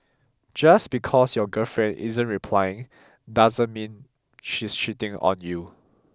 just because your girlfriend isn't replying doesn't mean she's cheating on you